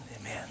Amen